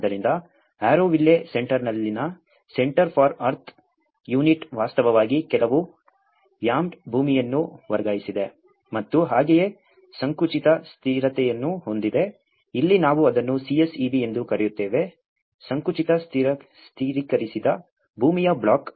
ಆದ್ದರಿಂದ ಆರೋವಿಲ್ಲೆ ಸೆಂಟರ್ನಲ್ಲಿನ centre for earth unit ವಾಸ್ತವವಾಗಿ ಕೆಲವು ರ್ಯಾಮ್ಡ್ ಭೂಮಿಯನ್ನು ವರ್ಗಾಯಿಸಿದೆ ಮತ್ತು ಹಾಗೆಯೇ ಸಂಕುಚಿತ ಸ್ಥಿರತೆಯನ್ನು ಹೊಂದಿದೆ ಇಲ್ಲಿ ನಾವು ಅದನ್ನು CSEB ಎಂದು ಕರೆಯುತ್ತೇವೆ ಸಂಕುಚಿತ ಸ್ಥಿರೀಕರಿಸಿದ ಭೂಮಿಯ ಬ್ಲಾಕ್